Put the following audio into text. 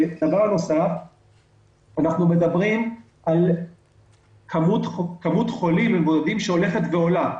אנחנו מדברים על כמות חולים ומבודדים שהולכת ועולה.